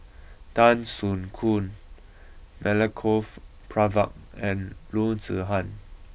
Tan Soo Khoon Milenko Prvacki and Loo Zihan